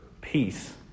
peace